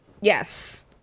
Yes